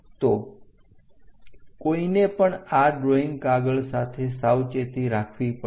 તો કોઈને પણ આ ડ્રોઈંગ કાગળ સાથે સાવચેતી રાખવી પડે છે